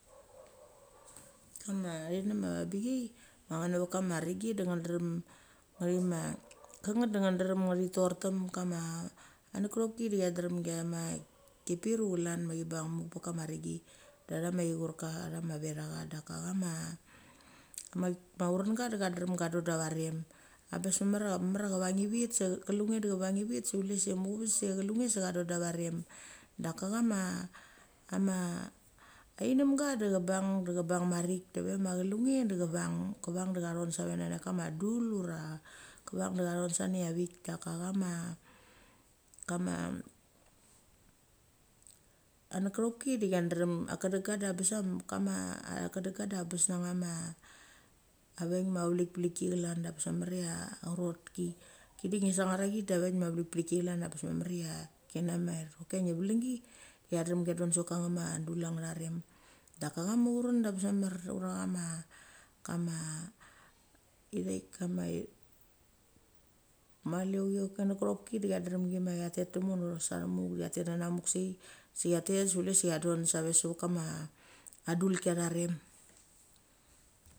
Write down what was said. Ama thinem ava bichei nget navek kama renggi da ngnet ngcha drem chima, kenget da ngcha drem ngithi tortem. Kama nechkopki da chia drem gimai ki piru chlan machi bang muk pek kama renggi, da chama vetha cha. Daka chama urenga da cha drrem kedodavarem, abes mamer ia cha vang i vit se chulung nge da cha vang ivit se chlue se muchaves se chung nge se kadori da varem. Daka chama, kama chenemga da cha bang, da cha bang marik de vama chulung da vang kevang dev chathon sania vik da ka chama kama anikopki de chia drem a chedenga da bes a ange ma a veik ma velikpliki chian da bes mamer ia acherotki. Ithik de ngi sangar achi da vaik ma vlikpliki chlan abes mamer ia china mair, okia ngi velengi de chia drem kia don sevet kama dul ang tha rem. Daka chama uren abes mamer ura chama kama ithaik. Ma nikopki de chia drem chima chia tet temono sathemuk chia de chia tet nanamuk sei chia tet se chule se chia don sei seve kama dulki atharem.